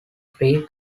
free